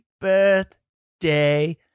birthday